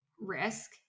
risk